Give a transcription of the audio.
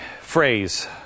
phrase